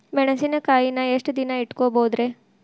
ಮೆಣಸಿನಕಾಯಿನಾ ಎಷ್ಟ ದಿನ ಇಟ್ಕೋಬೊದ್ರೇ?